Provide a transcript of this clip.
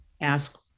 ask